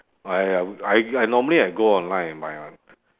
I uh I I normally I go online and buy [one]